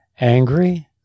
angry